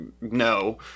no